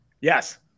Yes